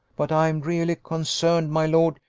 but i am really concerned, my lord,